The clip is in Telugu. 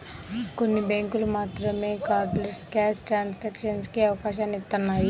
కొన్ని బ్యేంకులు మాత్రమే కార్డ్లెస్ క్యాష్ ట్రాన్సాక్షన్స్ కి అవకాశాన్ని ఇత్తన్నాయి